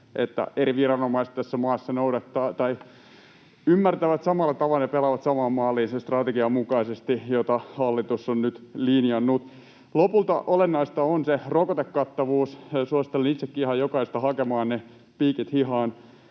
eri viranomaiset tässä maassa ymmärtävät sen samalla tavoin ja pelaavat samaan maaliin sen strategian mukaisesti, jota hallitus on nyt linjannut. Lopulta olennaista on se rokotuskattavuus. Suosittelen itsekin ihan jokaista hakemaan ne piikit hihaan